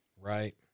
right